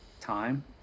time